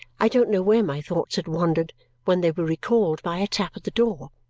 i don't know where my thoughts had wandered when they were recalled by a tap at the door.